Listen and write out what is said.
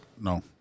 No